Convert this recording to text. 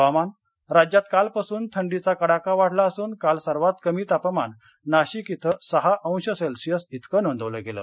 हवामान राज्यात कालपासून थंडीचा कडाका वाढला असून काल सर्वात कमी तापमान नाशिक क्विं सहा अंश सेल्सिअस तिक नोंदवलं गेलं